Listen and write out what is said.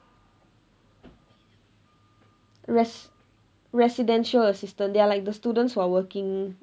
res~ residential assistant they are like the students who are working